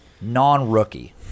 non-rookie